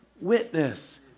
witness